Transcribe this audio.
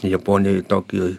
japonijoj tokijuj